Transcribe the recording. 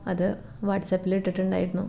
അത് വാട്സാപ്പിൽ ഇട്ടിട്ടുണ്ടായിരുന്നു